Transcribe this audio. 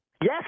Yes